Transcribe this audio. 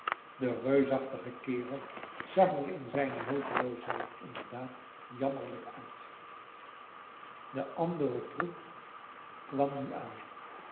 de reusachtige kerel zag er in zijne hulpeloosheid inderdaad jammerlijk uit de andere troep kwam nu aan